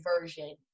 version